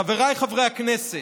חבריי חברי הכנסת,